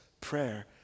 prayer